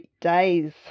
days